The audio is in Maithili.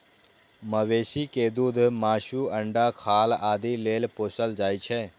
मवेशी कें दूध, मासु, अंडा, खाल आदि लेल पोसल जाइ छै